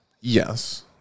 yes